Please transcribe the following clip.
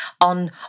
on